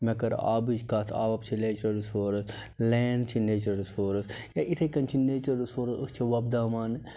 مےٚ کٔر آبٕچ کَتھ آب چھُ نیچرل رِسورٕس لینٛڈ چھِ نیچرل رِسورٕس یا یِتھَے کَنۍ چھِ نیچرل رِسورٕس أسۍ چھِ وۄپداوان